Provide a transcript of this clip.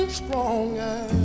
stronger